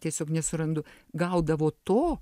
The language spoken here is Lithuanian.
tiesiog nesurandu gaudavo to